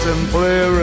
simply